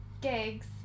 gigs